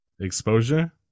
exposure